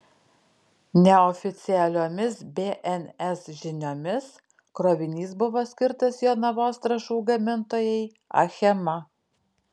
neoficialiomis bns žiniomis krovinys buvo skirtas jonavos trąšų gamintojai achema